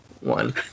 one